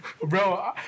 Bro